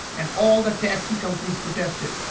and all the taxi companies protested.